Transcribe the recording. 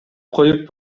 коюп